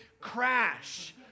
crash